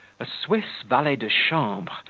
a swiss valet-de-chambre,